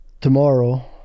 tomorrow